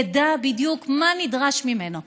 ידע בדיוק מה נדרש ממנו,